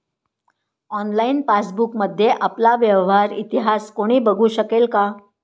Online पासबुकमध्ये आपला व्यवहार इतिहास कोणी बघु शकेल का?